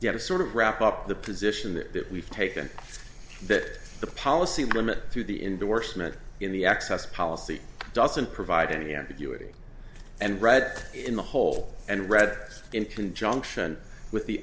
yeah to sort of wrap up the position that we've taken that the policy limit through the indorsement in the access policy doesn't provide any ambiguity and read in the whole and read in conjunction with the